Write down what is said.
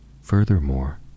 Furthermore